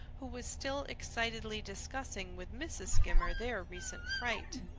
who was still excitedly discussing with mrs. skimmer their recent fright.